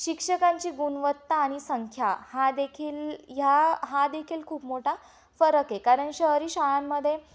शिक्षकांची गुणवत्ता आणि संख्या हा देखील ह्या हा देखील खूप मोठा फरक आहे कारण शहरी शाळांमध्ये